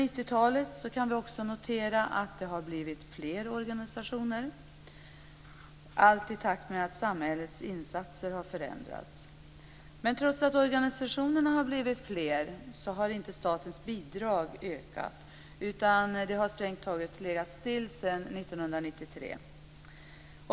Vi kan notera att det har blivit fler organisationer under 90-talet i takt med att samhällets insatser har förändrats. Men trots att organisationerna har blivit fler har inte statens bidrag ökat. Det har strängt taget legat still sedan 1993.